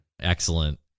excellent